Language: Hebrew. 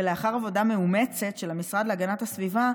ולאחר עבודה מאומצת של המשרד להגנת הסביבה,